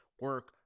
Work